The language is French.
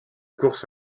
course